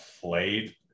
played